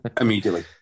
immediately